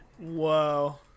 Whoa